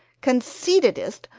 conceitedest,